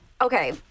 Okay